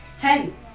ten